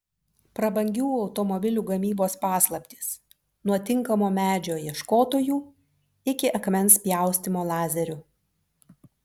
prabangių automobilių gamybos paslaptys nuo tinkamo medžio ieškotojų iki akmens pjaustymo lazeriu